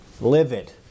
livid